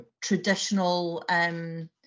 traditional